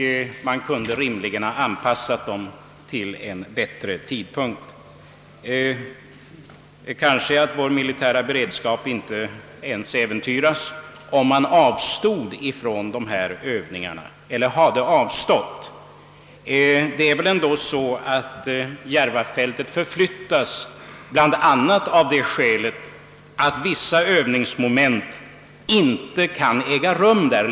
Övningarna borde rimligen ha kunnat förläggas till en mera passande tid. Och kanske hade vår militära beredskap inte äventyrats, om man rent av avstått från att genomföra dem. Förflyttningen av de militära förbanden från Järvafältet görs väl bl.a. av det skälet att vissa övningsmoment inte längre kan äga rum där.